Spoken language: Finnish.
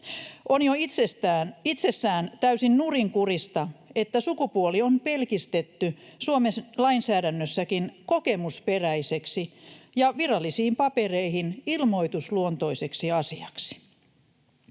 On jo itsessään täysin nurinkurista, että sukupuoli on pelkistetty Suomen lainsäädännössäkin kokemusperäiseksi ja virallisiin papereihin ilmoitusluontoiseksi asiaksi.